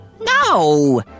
no